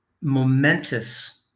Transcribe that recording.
momentous